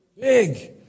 Big